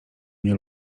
mnie